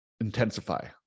intensify